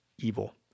evil